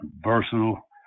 Versatile